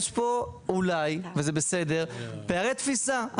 יש פה, אולי, וזה בסדר, פערי תפיסה.